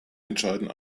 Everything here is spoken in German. entscheiden